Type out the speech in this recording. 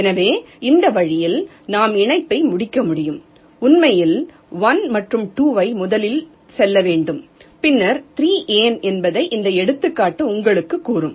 எனவே இந்த வழியில் நாம் இணைப்பை முடிக்க முடியும் உண்மையில் 1 மற்றும் 2 ஐ முதலில் செல்ல வேண்டும் பின்னர் 3 ஏன் என்பதை இந்த எடுத்துக்காட்டு உங்களுக்குக் கூறும்